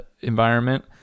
environment